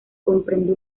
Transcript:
comprende